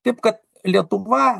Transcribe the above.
taip kad lietuva